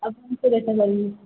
ଟିକିଏ ଦେଖା କରିବି